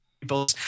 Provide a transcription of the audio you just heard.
people